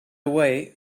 way